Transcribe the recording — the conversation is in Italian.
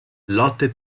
lotte